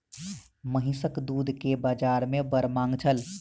महीसक दूध के बाजार में बड़ मांग छल